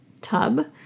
tub